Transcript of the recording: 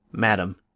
madam,